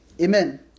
Amen